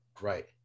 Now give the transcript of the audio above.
Right